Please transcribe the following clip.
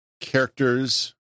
characters